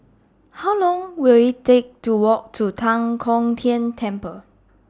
How Long Will IT Take to Walk to Tan Kong Tian Temple